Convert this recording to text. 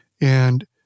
And-